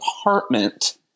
apartment